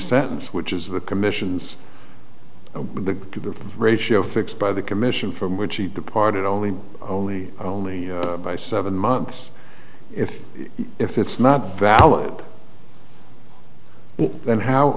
sentence which is the commissions the ratio fixed by the commission from which he departed only only only by seven months if if it's not valid then how